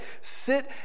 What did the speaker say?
Sit